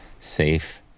safe